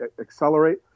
accelerate